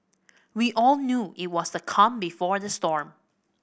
we all knew it was the calm before the storm